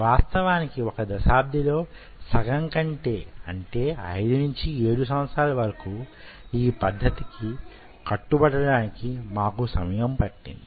వాస్తవానికి వొక దశాబ్ది లో సగం కంటే అంటే 5 నుంచి 7 సంవత్సరాల వరకూ ఈ పద్ధతికి కట్టుబడడానికి మాకు సమయం పట్టింది